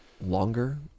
longer